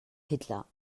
hitler